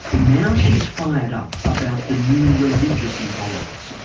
now she's fired up about the new religious intolerance.